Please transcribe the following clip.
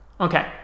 Okay